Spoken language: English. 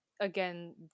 again